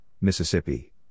Mississippi